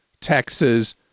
Texas